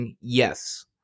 yes